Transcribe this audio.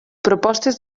propostes